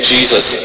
Jesus